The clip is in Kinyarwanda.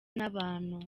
n’abantu